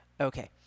Okay